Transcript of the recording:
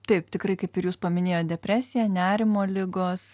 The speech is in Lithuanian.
taip tikrai kaip ir jūs paminėjot depresija nerimo ligos